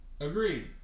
Agreed